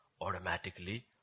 automatically